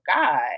God